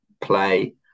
play